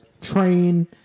train